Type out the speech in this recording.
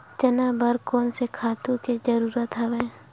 चना बर कोन से खातु के जरूरत हवय?